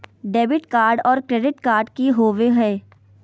Debit card और credit card की होवे हय?